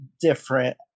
different